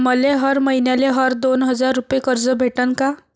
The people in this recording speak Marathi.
मले हर मईन्याले हर दोन हजार रुपये कर्ज भेटन का?